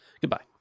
Goodbye